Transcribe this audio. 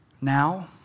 Now